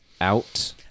out